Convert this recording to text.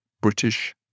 British